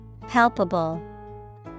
Palpable